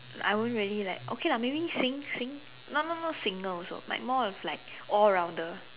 I won't really like okay lah maybe sing sing not not not singer also like more of like all rounder